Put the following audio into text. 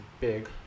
big